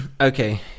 Okay